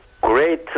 great